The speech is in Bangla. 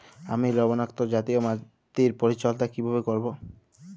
আমি লবণাক্ত জাতীয় মাটির পরিচর্যা কিভাবে করব?